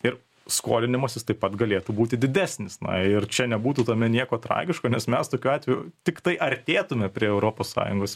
ir skolinimasis taip pat galėtų būti didesnis na ir čia nebūtų tame nieko tragiško nes mes tokiu atveju tiktai artėtume prie europos sąjungos